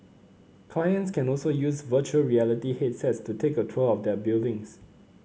clients can also use virtual reality headsets to take a tour of their buildings